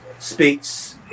speaks